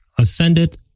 ascended